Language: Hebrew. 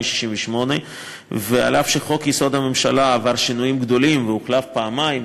1968. אף-על-פי שחוק-יסוד: הממשלה עבר שינויים גדולים והוחלף פעמיים,